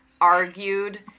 argued